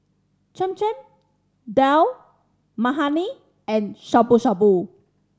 Cham Cham Dal Makhani and Shabu Shabu